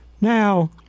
Now